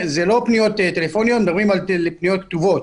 זה לא פניות טלפוניות, מדברים על פניות כתובות.